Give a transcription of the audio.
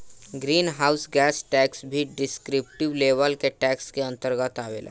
green house gas tax भी descriptive level के tax के अंतर्गत आवेला